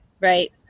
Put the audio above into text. Right